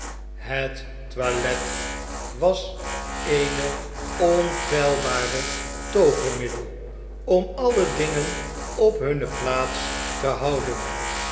het toilet was het eene onfeilbare toovermiddel om alle dingen op hunne plaats te houden